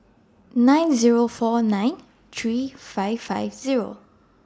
nine Zero four nine three five five Zero